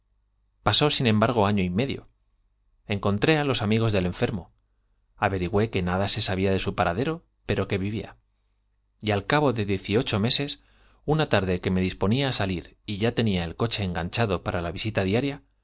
pasó sin embargo año y medio encontré á los amigos del enfermo ayerigüe que nada se sabía de su paradero pero que vivía y al cabo de dieciocho meses una tarde que me disponía á salir y ya tenía el coche enganchado para la visita diaria